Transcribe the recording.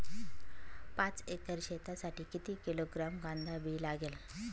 पाच एकर शेतासाठी किती किलोग्रॅम कांदा बी लागेल?